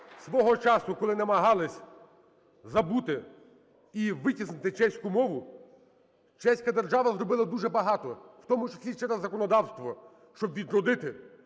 Свого часу, коли намагалися забути і витіснити чеську мову, чеська держава зробила дуже багато, в тому числі і через законодавство, щоби відробити